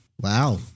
Wow